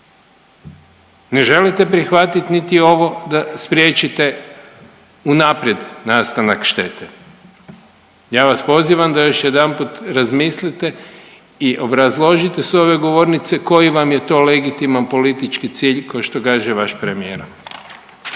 ne želite prihvatit niti ovo da spriječite unaprijed nastanak štete. Ja vas pozivam da još jedanput razmislite i obrazložite s ove govornice koji vam je to legitiman politički cilj ko što kaže vaš premijer.